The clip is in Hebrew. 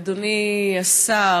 אדוני השר,